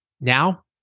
Now